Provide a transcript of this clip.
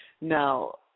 Now